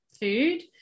food